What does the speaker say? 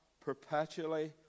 perpetually